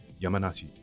Yamanashi